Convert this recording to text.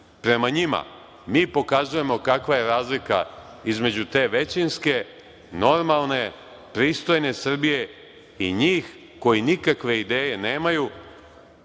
prema njima, mi pokazujemo kakva je razlika između te većinske, normalne, pristojne Srbije i njih koji nikakve ideje nemaju,